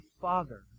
Father